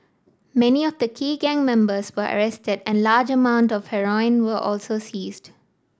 many of the key gang members were arrested and large amount of heroin were also seized